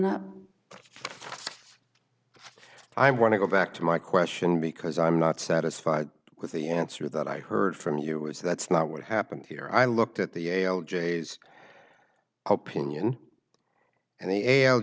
that i want to go back to my question because i'm not satisfied with the answer that i heard from you was that's not what happened here i looked at the yale j's opinion and the